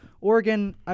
Oregon